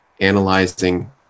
analyzing